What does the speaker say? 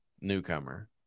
newcomer